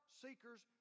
seeker's